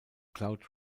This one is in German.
cloud